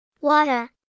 Water